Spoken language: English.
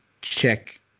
check